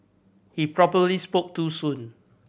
he probably spoke too soon